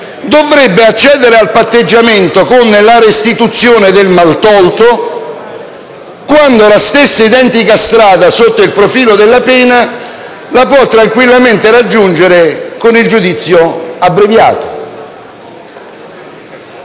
dovrebbe accedere al patteggiamento con la restituzione del maltolto, quando la stessa identica strada sotto il profilo della pena può tranquillamente raggiungere con il giudizio abbreviato?